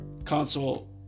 Console